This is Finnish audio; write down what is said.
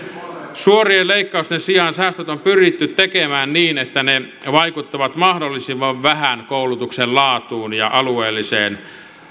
suorien leikkausten sijaan säästöt on pyritty tekemään niin että ne vaikuttavat mahdollisimman vähän koulutuksen laatuun ja alueelliseen